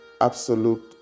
absolute